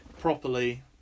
properly